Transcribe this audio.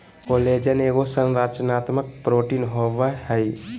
collagen एगो संरचनात्मक protein होबैय हइ